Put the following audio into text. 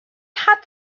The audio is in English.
had